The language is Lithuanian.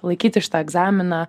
laikyti šitą egzaminą